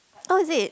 oh is it